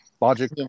Logic